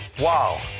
Wow